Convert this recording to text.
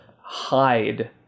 hide